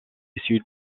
issus